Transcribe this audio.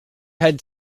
had